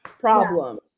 problems